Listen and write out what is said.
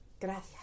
Gracias